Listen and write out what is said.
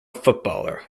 footballer